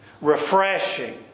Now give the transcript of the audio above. refreshing